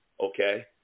Okay